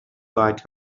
like